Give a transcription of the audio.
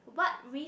what risk